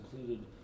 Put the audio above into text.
included